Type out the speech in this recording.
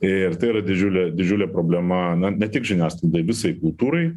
ir tai yra didžiulė didžiulė problema na ne tik žiniasklaidai visai kultūrai